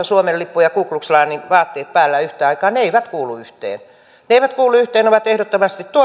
suomen lippu siellä ja ku klux klanin vaatteet päällä yhtä aikaa ne eivät kuulu yhteen ne eivät kuulu yhteen nämä ovat ehdottomasti